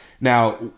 now